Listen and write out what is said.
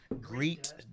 Greet